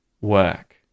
work